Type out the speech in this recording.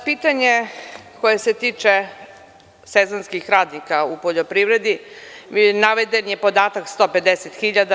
Na pitanje koje se tiče sezonskih radnika u poljoprivredni, naveden je podatak 150.000.